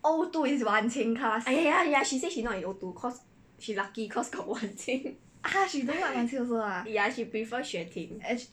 O two is wan qing class !huh! she don't like wan qing also ah as